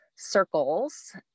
circles